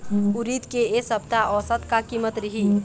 उरीद के ए सप्ता औसत का कीमत रिही?